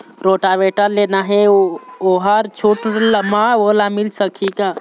Rotavator लेना हे ओहर छूट म मोला मिल सकही का?